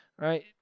right